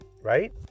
right